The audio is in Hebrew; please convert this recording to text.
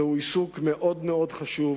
זה עיסוק חשוב מאוד.